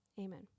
Amen